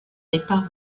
départ